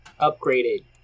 upgraded